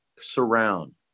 Surround